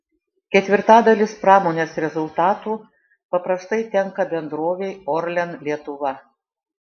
ketvirtadalis pramonės rezultatų paprastai tenka bendrovei orlen lietuva